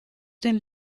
den